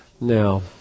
Now